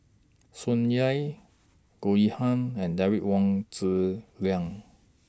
Tsung Yeh Goh Yihan and Derek Wong Zi Liang